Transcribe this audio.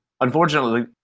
Unfortunately